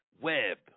web